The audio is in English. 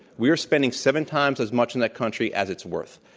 we are spending seven times as much in that country as it's worth.